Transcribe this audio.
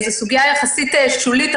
זו סוגיה יחסית שולית,